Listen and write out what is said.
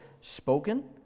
spoken